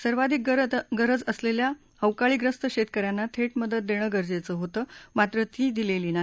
सर्वाधिक गरज असलेल्या अवकाळीग्रस्त शेतकऱ्यांना थेट मदत देणं गरजेचं होतं मात्र ती दिलेली नाही